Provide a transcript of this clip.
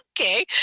okay